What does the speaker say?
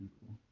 people